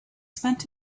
spent